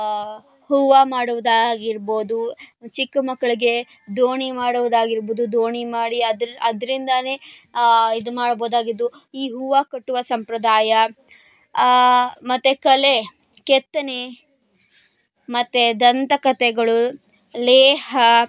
ಹೂವ ಮಾಡೋದು ಆಗಿರ್ಬೌದು ಚಿಕ್ಕ ಮಕ್ಕಳಿಗೆ ದೋಣಿ ಮಾಡೋದು ಆಗಿರ್ಬೌದು ದೋಣಿ ಮಾಡಿ ಅದ್ರ ಅದರಿಂದನೇ ಇದು ಮಾಡಬೌದಾಗಿದ್ದು ಈ ಹೂವ ಕಟ್ಟುವ ಸಂಪ್ರದಾಯ ಮತ್ತೆ ಕಲೆ ಕೆತ್ತನೆ ಮತ್ತು ದಂತ ಕಥೆಗಳು ಲೇಹಾ